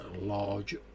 large